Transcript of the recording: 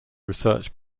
research